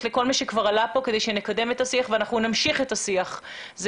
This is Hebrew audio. לכל מה שכבר עלה כאן כדי שנקדם את השיח ואנחנו נמשיך בשיח הזה.